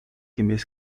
gemäß